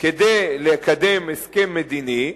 כדי לקדם הסכם מדיני,